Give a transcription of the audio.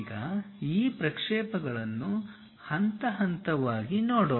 ಈಗ ಈ ಪ್ರಕ್ಷೇಪಗಳನ್ನು ಹಂತ ಹಂತವಾಗಿ ನೋಡೋಣ